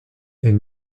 est